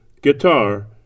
guitar